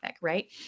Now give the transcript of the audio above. right